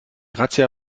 razzia